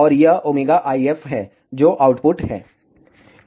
और यह omega IF है जो आउटपुट है